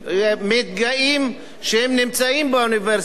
מתגאים שהם נמצאים באוניברסיטה הזאת.